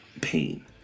pain